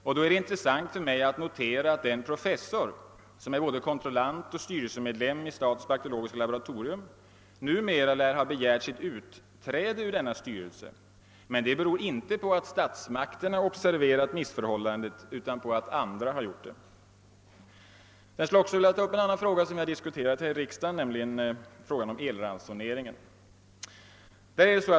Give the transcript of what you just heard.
Där är det intressant att notera att den professor som är både kontrollant och styrelsemedlem i statens bakteriologiska laboratorium nu lär ha begärt sitt utträde ur denna styrelse. Men det beror inte på att statsmakterna har observerat missförhållandet utan på att andra har gjort det. Jag vill också ta upp en annan fråga som har diskuterats här i riksdagen, nämligen frågan om elransoneringen.